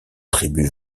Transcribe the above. tribu